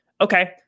okay